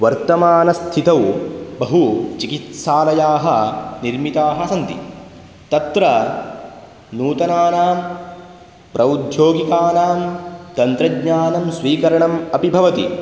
वर्तमानस्थितौ बहु चिकित्सालयाः निर्मिताः सन्ति तत्र नूतनानां प्रौद्योगिकानां तन्त्रज्ञानं स्वीकरणम् अपि भवति